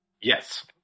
Yes